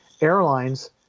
airlines